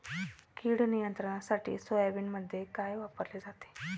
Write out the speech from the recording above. कीड नियंत्रणासाठी सोयाबीनमध्ये काय वापरले जाते?